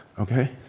Okay